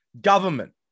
government